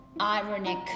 ironic